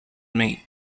meet